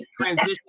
transition